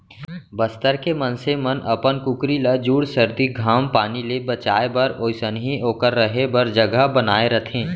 बस्तर के मनसे मन अपन कुकरी ल जूड़ सरदी, घाम पानी ले बचाए बर ओइसनहे ओकर रहें बर जघा बनाए रथें